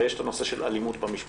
הרי יש את הנושא של אלימות במשפחה,